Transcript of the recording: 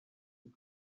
you